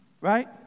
right